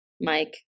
Mike